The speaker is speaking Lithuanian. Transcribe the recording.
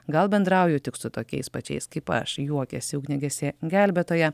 gal bendrauju tik su tokiais pačiais kaip aš juokiasi ugniagesė gelbėtoja